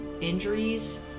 injuries